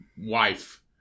wife